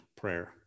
prayer